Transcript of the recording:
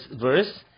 verse